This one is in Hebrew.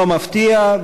לא מפתיע.